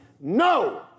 No